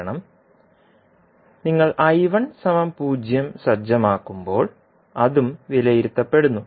കാരണം നിങ്ങൾ 0 സജ്ജമാക്കുമ്പോൾ അതും വിലയിരുത്തപ്പെടുന്നു